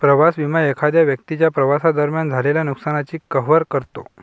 प्रवास विमा एखाद्या व्यक्तीच्या प्रवासादरम्यान झालेल्या नुकसानाची कव्हर करतो